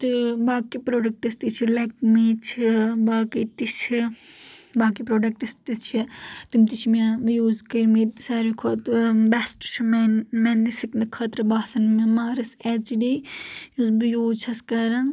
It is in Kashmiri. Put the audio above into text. تہٕ باقی پروڈکٹس تہِ چھ لیک مے چھ باقی تہِ چھ باقی پروڈکٹس تہِ چھ تم تہِ چھ مےٚ یوٗز کرٔۍمتۍ ساروی کھۄتہٕ بیسٹ چھ میان میانہِ سِکنہٕ خٲطرٕ باسان مےٚ مارس اٮ۪چ ڈی یُس بہٕ یوٗز چھس کران